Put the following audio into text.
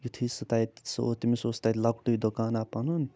یُتھٕے سُہ تَتہِ سُہ تٔمِس اوس تَتہِ لۄکٹٕے دُکانا پنُن